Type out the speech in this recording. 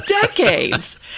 decades